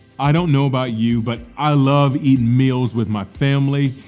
i don't know about you, but i love eating meals with my family.